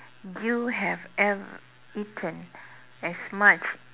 you have ever eaten as much